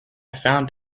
found